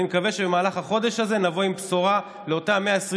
אני מקווה שבמהלך החודש הזה נבוא עם בשורה לאותם 120 עובדים,